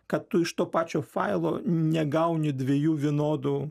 kad tu iš to pačio failo negauni dviejų vienodų